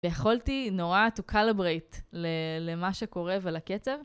ויכולתי נורא to calibrate למה שקורה ולקצב.